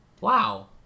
Wow